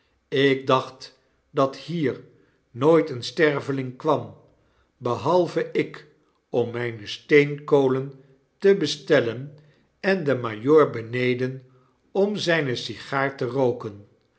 ik dacht dat hier nooit een sterveling kwam behalve ik om myne steenkolen te bestellen en de majoor beneden om zyne sigaar te rooken